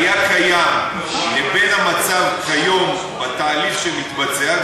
שהיה קיים לבין המצב כיום בתהליך שמתבצע,